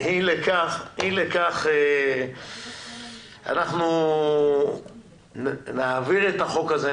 אי לכך, אנחנו נעביר את החוק הזה.